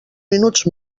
minuts